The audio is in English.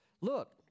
Look